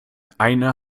eine